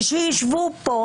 ושישבו פה,